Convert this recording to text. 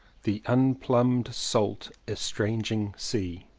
the unplumbed salt estranging sea.